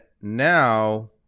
now